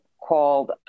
called